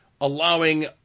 allowing